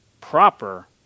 proper